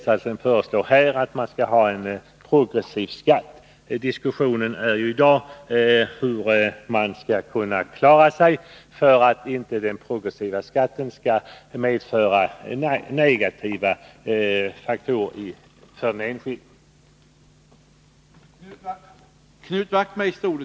Diskussionen i dag i den allmänna skattedebatten gäller hur man skall kunna undvika att den progressiva skatten medför negativa konsekvenser för den enskilde.